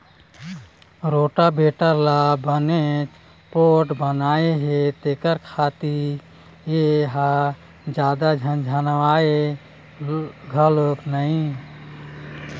rotavator ल बनेच पोठ बनाए हे तेखर सेती ए ह जादा झनझनावय घलोक नई